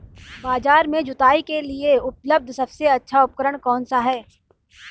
बाजार में जुताई के लिए उपलब्ध सबसे अच्छा उपकरण कौन सा है?